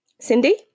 Cindy